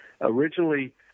Originally